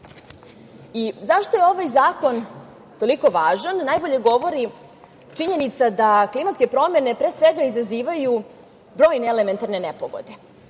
efekta.Zašto je ovaj zakon toliko važan, najbolje govori činjenica da klimatske promene pre svega izazivaju brojne elementarne nepogode.